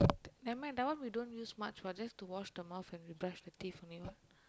nevermind that one we don't use much what just to wash the mouse and to brush the teeth only what